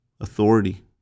authority